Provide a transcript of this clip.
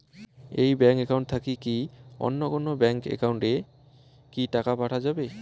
এই bank account থাকি কি অন্য কোনো ব্যাংক একাউন্ট এ কি টাকা পাঠা যাবে?